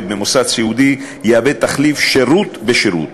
במוסד סיעודי יהווה תחליף שירות בשירות